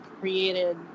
created